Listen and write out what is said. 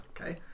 Okay